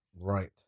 Right